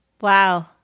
Wow